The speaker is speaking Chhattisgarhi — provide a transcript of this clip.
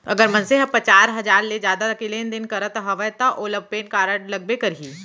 अगर मनसे ह पचार हजार ले जादा के लेन देन करत हवय तव ओला पेन कारड लगबे करही